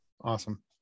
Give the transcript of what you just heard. awesome